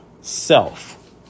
self